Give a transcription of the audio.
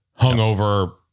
hungover